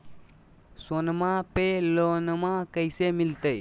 सोनमा पे लोनमा कैसे मिलते?